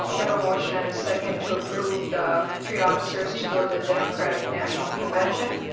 we have a motion and a second to approve the three officers to go to the democratic national convention.